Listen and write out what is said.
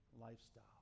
lifestyle